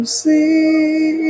see